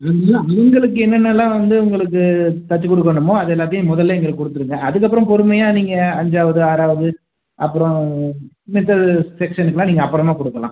மெய்னாக இவர்களுக்கு என்னனெல்லாம் வந்து உங்களுக்கு தச்சு கொடுக்கணுமோ அதெல்லாத்தையும் முதல்லே எங்களுக்கு கொடுத்துடுங்க அதுக்கப்புறம் பொறுமையாக நீங்கள் அஞ்சாவது ஆறாவது அப்புறம் மத்தது செக்ஷனுக்குலாம் நீங்கள் அப்புறமா கொடுக்கலாம்